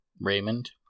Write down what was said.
Raymond